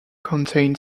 contain